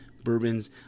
bourbons